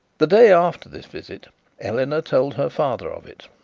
the day after this visit eleanor told her father of it,